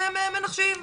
אתם מנחשים.